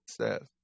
says